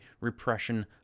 repression